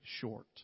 short